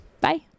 Bye